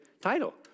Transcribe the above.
title